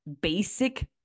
basic